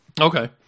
Okay